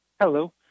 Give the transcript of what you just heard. Hello